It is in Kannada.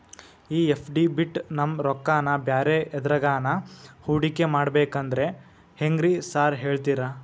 ಈ ಎಫ್.ಡಿ ಬಿಟ್ ನಮ್ ರೊಕ್ಕನಾ ಬ್ಯಾರೆ ಎದ್ರಾಗಾನ ಹೂಡಿಕೆ ಮಾಡಬೇಕಂದ್ರೆ ಹೆಂಗ್ರಿ ಸಾರ್ ಹೇಳ್ತೇರಾ?